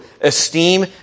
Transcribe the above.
esteem